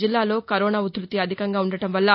జిల్లాలో కరోనా ఉధ్భతి అధికంగా ఉండటం వల్ల